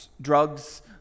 Drugs